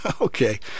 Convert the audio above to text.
Okay